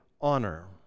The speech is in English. honor